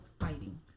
fighting